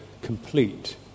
complete